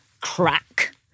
crack